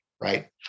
right